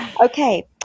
Okay